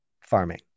farming